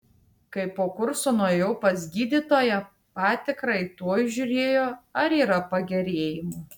kai po kurso nuėjau pas gydytoją patikrai tuoj žiūrėjo ar yra pagerėjimų